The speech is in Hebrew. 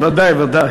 ודאי, ודאי.